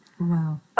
Wow